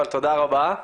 אבל תודה רבה.